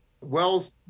wells